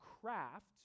craft